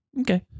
Okay